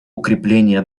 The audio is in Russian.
укрепления